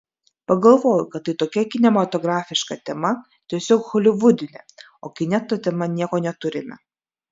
pagalvojau kad tai tokia kinematografiška tema tiesiog holivudinė o kine ta tema nieko neturime